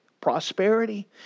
prosperity